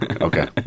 Okay